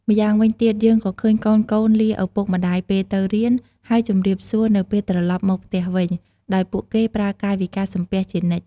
ម្យ៉ាងវិញទៀត យើងក៏ឃើញកូនៗលាឪពុកម្ដាយពេលទៅរៀន ហើយជំរាបសួរនៅពេលត្រឡប់មកផ្ទះវិញ ដោយពួកគេប្រើកាយវិការសំពះជានិច្ច។